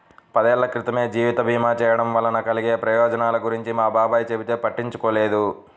పదేళ్ళ క్రితమే జీవిత భీమా చేయడం వలన కలిగే ప్రయోజనాల గురించి మా బాబాయ్ చెబితే పట్టించుకోలేదు